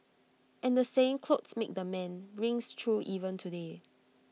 and the saying 'clothes make the man' rings true even today